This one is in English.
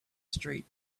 street